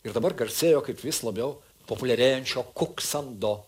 ir dabar garsėjo kaip vis labiau populiarėjančio kuksando